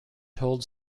told